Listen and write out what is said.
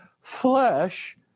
flesh